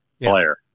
player